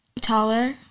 taller